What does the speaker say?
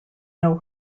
know